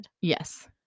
Yes